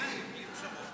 השר מתכוון